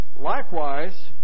Likewise